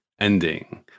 ending